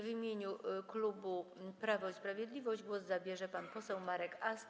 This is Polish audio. W imieniu klubu Prawo i Sprawiedliwość głos zabierze pan poseł Marek Ast.